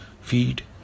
feed